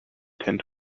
tend